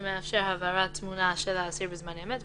שמאפשר העברת תמונה של האסיר בזמן אמת,